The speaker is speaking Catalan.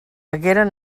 hagueren